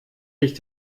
sich